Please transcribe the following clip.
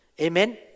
Amen